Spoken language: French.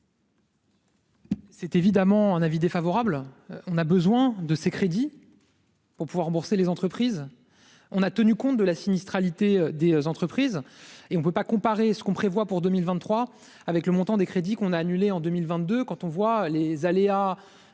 C'est évidemment un avis défavorable, on a besoin de ces crédits. Pour pouvoir rembourser les entreprises on a tenu compte de la sinistralité des entreprises et on ne peut pas comparer ce qu'on prévoit pour 2023 avec le montant des crédits qu'on a annulé en 2022, quand on voit les aléas